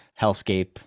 hellscape